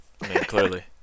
clearly